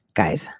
guys